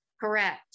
Correct